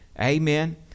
Amen